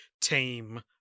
team